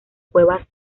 cuevas